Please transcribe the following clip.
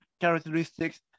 characteristics